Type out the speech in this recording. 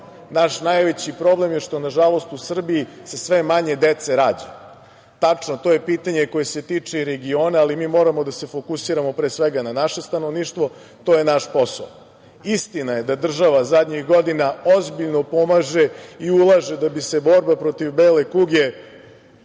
Naš najveći problem je što nažalost u Srbiji se sve manje deca rađa. Tačno, to je pitanje koje se tiče i regiona, ali mi moramo da se fokusiramo pre svega na naše stanovništvo. To je naš posao. Istina je da država zadnjih godina ozbiljno pomaže i ulaže da bi se borba protiv bele kuge